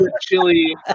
chili